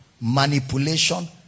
manipulation